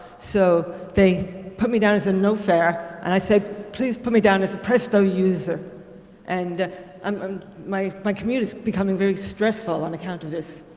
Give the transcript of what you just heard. so they put me down as a no fare and i said please put me down as presto user and um um my my commute is becoming very stressful on account of this.